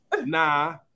Nah